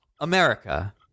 America